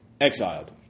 Exiled